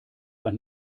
ein